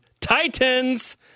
Titans